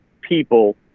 people